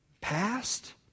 Past